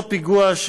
אותו פיגוע,